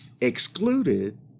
excluded